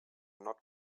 not